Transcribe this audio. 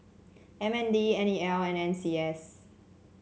M N D N E L and N C S